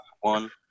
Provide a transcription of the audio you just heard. One